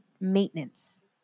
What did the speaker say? Maintenance